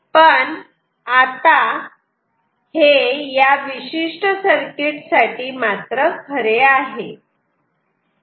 पण आता हे या विशिष्ट सर्किट साठी खरे आहे